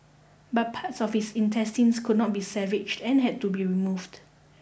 but parts of his intestines could not be savaged and had to be removed